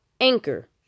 Anchor